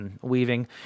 weaving